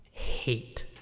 Hate